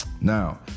Now